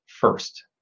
first